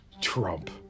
Trump